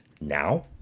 Now